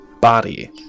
body